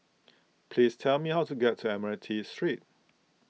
please tell me how to get to Admiralty Street